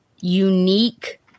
unique